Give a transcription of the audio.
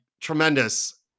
tremendous